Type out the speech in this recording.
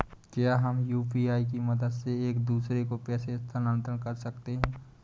क्या हम यू.पी.आई की मदद से एक दूसरे को पैसे स्थानांतरण कर सकते हैं?